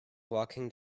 walking